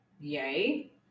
Yay